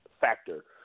factor